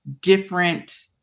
different